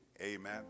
amen